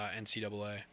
NCAA